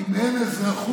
אם אין אזרחות,